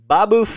Babu